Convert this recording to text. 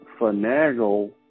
finagle